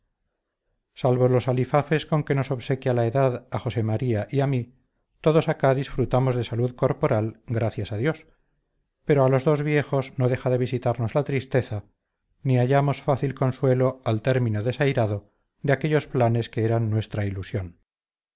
salvo los alifafes con que nos obsequia la edad a josé maría y a mí todos acá disfrutamos de salud corporal gracias a dios pero a los dos viejos no deja de visitarnos la tristeza ni hallamos fácil consuelo al término desairado de aquellos planes que eran nuestra ilusión